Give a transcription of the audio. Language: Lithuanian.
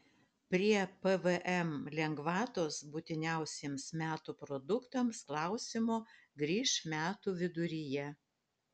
prie pvm lengvatos būtiniausiems metų produktams klausimo grįš metų viduryje